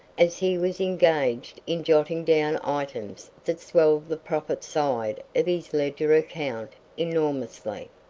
as he was engaged in jotting down items that swelled the profit side of his ledger account enormously.